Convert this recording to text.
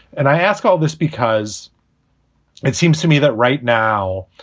and i ask all this because it seems to me that right now,